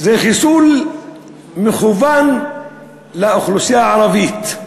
זה חיסול מכוון לאוכלוסייה הערבית.